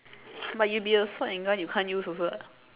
but you'll will be a sword and gun you can't use also [what]